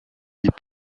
des